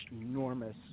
enormous